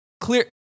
clear